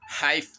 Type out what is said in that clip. Hi